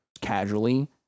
casually